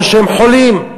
או שהם חולים,